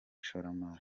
ishoramari